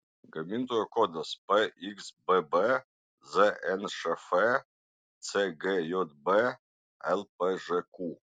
gamintojo kodas pxbb znšf cgjb lpžq